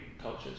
cultures